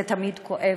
זה תמיד כואב,